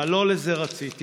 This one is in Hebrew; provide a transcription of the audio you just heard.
אבל לא לזה רציתי